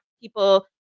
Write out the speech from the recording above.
people